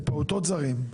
לפעוטות זרים.